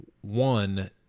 One